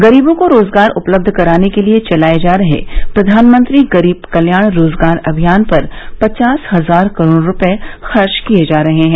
गरीबों को रोजगार उपलब्ध कराने के लिए चलाए जा रहे प्रधानमंत्री गरीब कल्याण रोजगार अभियान पर पचास हजार करोड़ रुपए खर्च किए जा रहे हैं